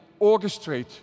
orchestrate